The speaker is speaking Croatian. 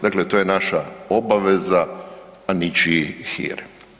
Dakle, to je naša obaveza, a ničiji hir.